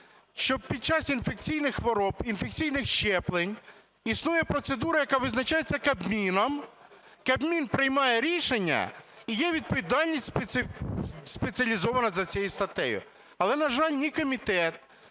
що під час інфекційних хвороб, інфекційних щеплень існує процедура, яка визначається Кабміном, Кабмін приймає рішення, і є відповідальність спеціалізована за цією статтею. Але, на жаль, ні комітет,